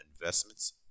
investments